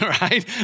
right